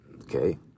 Okay